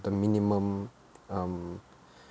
the minimum um